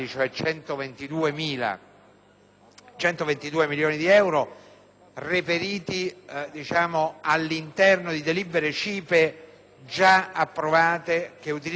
122 milioni di euro) viene reperita all'interno di delibere CIPE già approvate che utilizzano fondi FAS destinati alla